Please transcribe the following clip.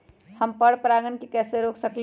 हम पर परागण के कैसे रोक सकली ह?